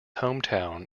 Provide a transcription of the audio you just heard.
hometown